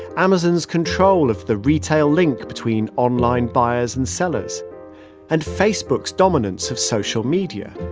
amazon's control of the retail link between online buyers and sellers and facebook's dominance of social media.